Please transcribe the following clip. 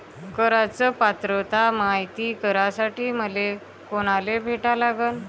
कराच पात्रता मायती करासाठी मले कोनाले भेटा लागन?